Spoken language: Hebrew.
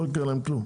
לא יקרה להם כלום.